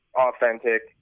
authentic